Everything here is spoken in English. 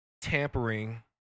tampering